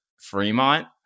Fremont